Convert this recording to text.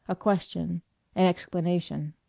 a question, an explanation.